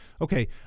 okay